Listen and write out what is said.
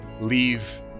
leave